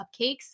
cupcakes